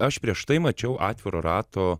aš prieš tai mačiau atviro rato